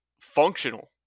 functional